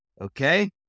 okay